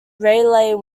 rayleigh